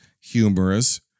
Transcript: humorous